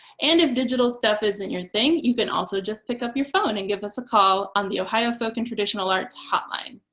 and if digital stuff isn't your thing, you can also just pick up your phone and give us a call on the ohio folk and traditional arts hotline.